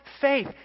faith